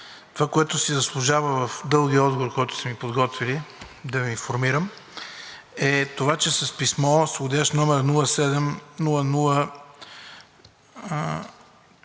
Това, което си заслужава в дългия отговор, в който сме Ви подготвили да Ви информирам, е това, че с писмо с вх. № 07-00-259